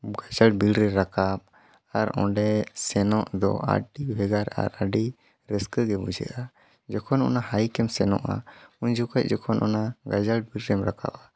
ᱜᱟᱡᱟᱲ ᱵᱤᱨ ᱨᱮ ᱨᱟᱠᱟᱵ ᱟᱨ ᱚᱸᱰᱮ ᱥᱮᱱᱚᱜ ᱫᱚ ᱟᱹᱰᱤ ᱵᱷᱮᱜᱟᱨ ᱟᱨ ᱟᱹᱰᱤ ᱨᱟᱹᱥᱠᱟᱹ ᱜᱮ ᱵᱩᱡᱷᱟᱹᱜᱼᱟ ᱡᱚᱠᱷᱚᱱ ᱚᱱᱟ ᱦᱟᱭᱤᱠᱮᱢ ᱥᱮᱱᱚᱜᱼᱟ ᱩᱱ ᱡᱚᱠᱷᱚᱡ ᱡᱚᱠᱷᱚᱱ ᱚᱱᱟ ᱜᱟᱡᱟᱲ ᱵᱤᱨ ᱨᱮᱢ ᱨᱟᱠᱟᱵᱼᱟ